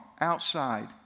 Outside